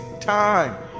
time